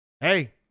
Hey